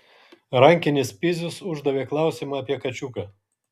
rankinis pizius uždavė klausimą apie kačiuką